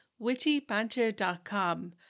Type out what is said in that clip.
wittybanter.com